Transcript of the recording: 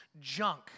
junk